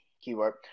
keyword